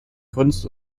kunst